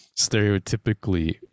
stereotypically